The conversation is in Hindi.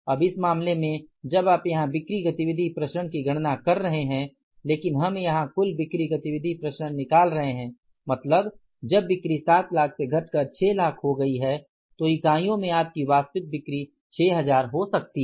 अब इस मामले में जब आप यहां बिक्री गतिविधि प्रसरण की गणना कर रहे हैं लेकिन हम यहां कुल बिक्री गतिविधि प्रसरण निकल रहे हैं मतलब जब बिक्री 7 लाख से घटकर 6 लाख हो गई है तो इकाइयों में आपकी वास्तविक बिक्री 6 हज़ार हो सकती है